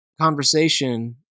conversation